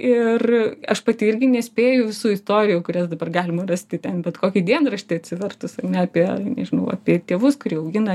ir aš pati irgi nespėju visų istorijų kurias dabar galima rasti ten bet kokį dienraštį atsivertus ane apie nežinau apie tėvus kurie augina